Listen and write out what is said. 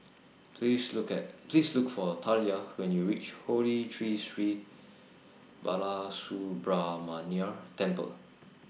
Please Look At Please Look For Talia when YOU REACH Holy Tree Sri Balasubramaniar Temple